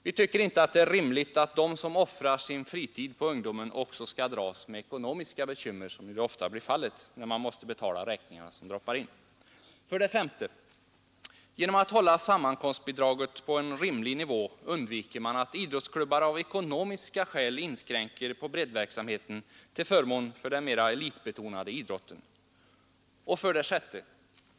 Vi tycker inte att det är rimligt att de som offrar sin fritid på ungdomen också skall dras med ekonomiska bekymmer, som nu ofta blir fallet när man måste betala räkningarna som droppar in. 5. Genom att hålla sammankomstbidraget på en rimlig nivå undviker man att idrottsklubbar av ekonomiska skäl inskränker på breddverksamheten till förmån för den mera elitbetonade idrotten. 6.